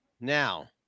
Now